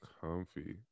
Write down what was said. comfy